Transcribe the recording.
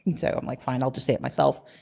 and so i'm like, fine i'll just say it myself.